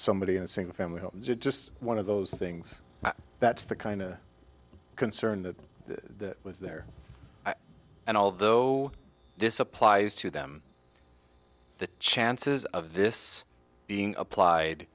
somebody in single family homes just one of those things that's the kind of concern that the was there and although this applies to them the chances of this being applied